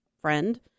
friend